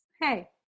Hey